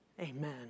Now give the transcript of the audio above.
Amen